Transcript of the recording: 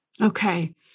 Okay